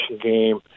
game